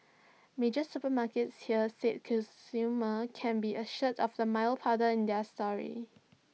major supermarkets here said consumers can be assured of the milo powder in their stores